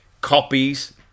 copies